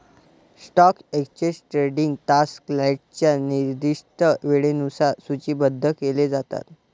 stock exchange trading तास क्लायंटच्या निर्दिष्ट वेळेनुसार सूचीबद्ध केले जातात